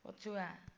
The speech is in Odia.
ପଛୁଆ